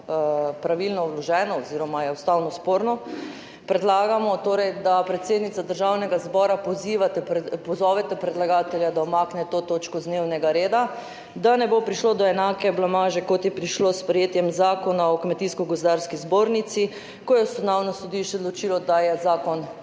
pravilno vloženo oziroma je ustavno sporno predlagamo torej, da predsednica Državnega zbora pozovete predlagatelja, da umakne to točko z dnevnega reda, da ne bo prišlo do enake blamaže, kot je prišlo s sprejetjem Zakona o Kmetijsko gozdarski zbornici, ko je Ustavno sodišče odločilo, da je zakon